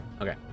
Okay